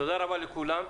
תודה רבה לכולם.